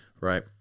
Right